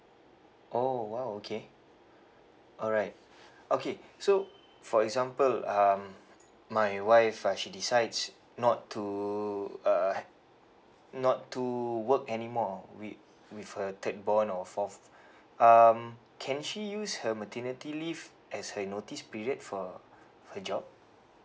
oh !wow! okay alright okay so for example um my wife uh she decides not to uh not to work anymore wi~ with her thirdborn or fourth um can she use her maternity leave as her notice period for her job